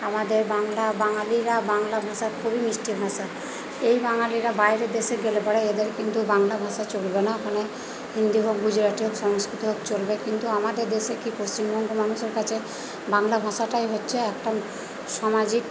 আমাদের বাংলা বাঙালিরা বাংলা ভাষা খুবই মিষ্টি ভাষা এই বাঙালিরা বাইরের দেশে গেলে পরে এদের কিন্তু বাংলা ভাষা চলবে না ওখানে হিন্দি হোক গুজরাটি হোক সংস্কৃত হোক চলবে কিন্তু আমাদের দেশে কি পশ্চিমবঙ্গ মানুষের কাছে বাংলা ভাষাটাই হচ্ছে একদম সামাজিক